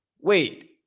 wait